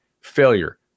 Failure